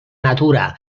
natura